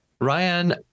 ryan